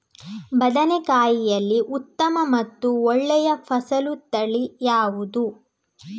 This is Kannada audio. ಬದನೆಕಾಯಿಯಲ್ಲಿ ಉತ್ತಮ ಮತ್ತು ಒಳ್ಳೆಯ ಫಸಲು ತಳಿ ಯಾವ್ದು?